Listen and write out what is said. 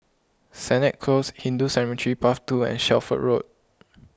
Sennett Close Hindu Cemetery Path two and Shelford Road